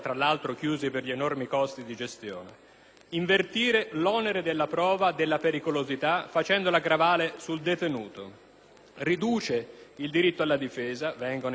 invertire l'onere della prova della pericolosità, facendola gravare sul detenuto. Essa inoltre riduce il diritto alla difesa: vengono infatti contingentati i colloqui con i difensori,